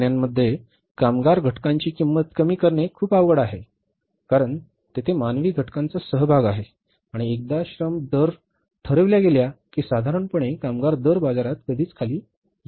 कंपन्यांमध्ये कामगार घटकांची किंमत कमी करणे खूप अवघड आहे कारण तेथे मानवी घटकांचा सहभाग आहे आणि एकदा श्रम दर ठरविल्या गेल्या की साधारणपणे कामगार दर बाजारात कधीच खाली येत नाहीत बरोबर